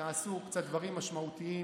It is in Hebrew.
תעשו קצת דברים משמעותיים.